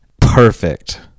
perfect